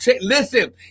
listen